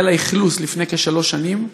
והאכלוס החל לפני כשלוש שנים.